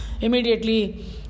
Immediately